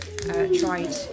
Tried